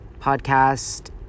podcast